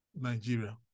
Nigeria